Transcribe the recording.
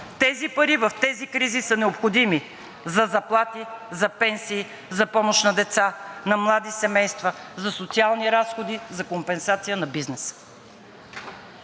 Тези пари в тези кризи са необходими за заплати, за пенсии, за помощ на деца, на млади семейства, за социални разходи, за компенсация на бизнеса.